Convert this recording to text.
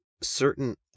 certain